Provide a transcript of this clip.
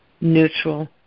neutral